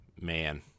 Man